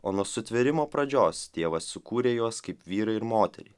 o nuo sutvėrimo pradžios dievas sukūrė juos kaip vyrą ir moterį